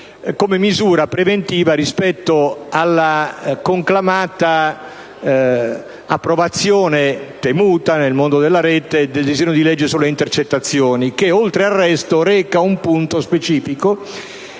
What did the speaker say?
come misura preventiva rispetto alla conclamata approvazione, temuta nel mondo della Rete, del disegno di legge sulle intercettazioni che, oltre al resto, reca un punto specifico